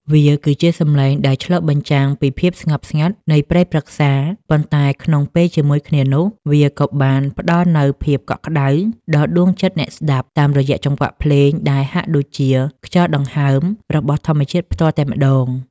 វាគឺជាសម្លេងដែលឆ្លុះបញ្ចាំងពីភាពស្ងប់ស្ងាត់នៃព្រៃព្រឹក្សា ប៉ុន្តែក្នុងពេលជាមួយគ្នានោះ វាក៏បានផ្តល់នូវភាពកក់ក្តៅដល់ដួងចិត្តអ្នកស្តាប់ តាមរយៈចង្វាក់ភ្លេងដែលហាក់ដូចជាខ្យល់ដង្ហើមរបស់ធម្មជាតិផ្ទាល់តែម្តង។